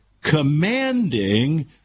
commanding